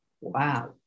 Wow